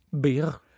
Beer